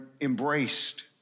embraced